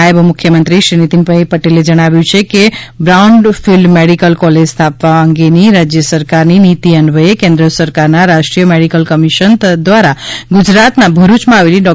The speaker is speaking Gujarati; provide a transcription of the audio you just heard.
નાયબ મુખ્યમંત્રીશ્રી નીતિનભાઇ પટેલે જણાવ્યુ છે બ્રાઉન ફીલ્ડ મેડીકલ કોલેજ સ્થાપવા અંગેની રાજ્ય સરકારની નીતિ અન્વયે કેન્દ્ર સરકારના રાષ્ટ્રીય મેડીકલ કમિશન દ્વારા ગુજરાતના ભરૂચમાં આવેલી ડૉ